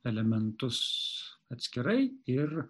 elementus atskirai ir